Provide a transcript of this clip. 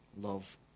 love